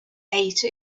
ate